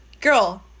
Girl